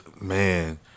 Man